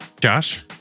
Josh